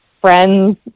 friends